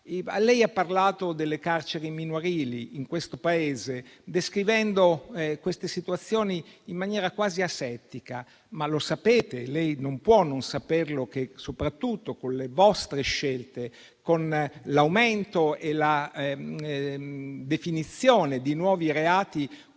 Lei ha parlato delle carceri minorili di questo Paese descrivendo queste situazioni in maniera quasi asettica. Ma lei non può non sapere che, soprattutto con le vostre scelte, con l'aumento e la definizione di nuovi reati,